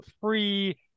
free